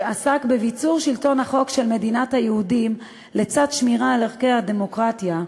שעסק בביצור שלטון החוק של מדינת היהודים לצד שמירה על ערכי הדמוקרטיה,